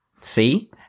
See